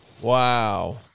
Wow